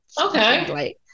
Okay